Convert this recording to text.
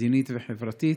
מדינית וחברתית,